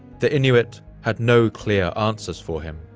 the inuit had no clear answers for him,